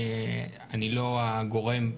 אני לא הגורם,